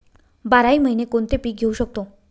बाराही महिने कोणते पीक घेवू शकतो?